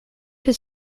his